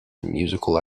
musical